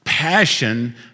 Passion